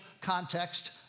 context